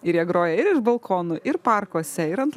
ir jie groja ir iš balkonų ir parkuose ir ant